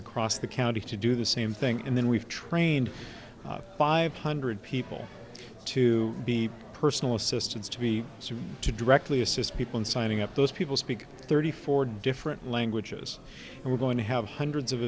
across the county to do the same thing and then we've trained five hundred people to be personal assistants to be seen to directly assist people in signing up those people speak thirty four different languages and we're going to have hundreds of